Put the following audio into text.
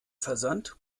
versand